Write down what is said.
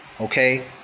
okay